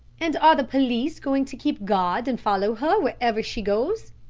and are the police going to keep guard and follow her wherever she goes?